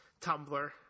Tumblr